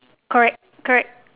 correct correct